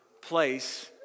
place